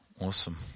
Awesome